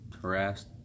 harassed